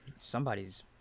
somebody's